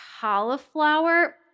cauliflower